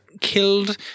killed